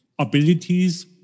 Abilities